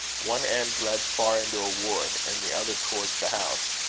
one end led far into a wood, and the other towards the house,